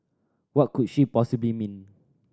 what could she possibly mean